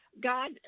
God